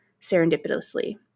serendipitously